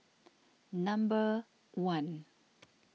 number one